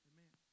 Amen